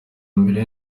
mbere